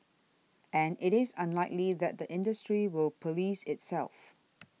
and it is unlikely that the industry will police itself